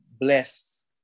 blessed